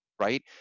right